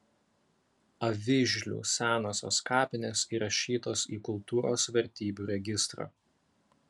avižlių senosios kapinės įrašytos į kultūros vertybių registrą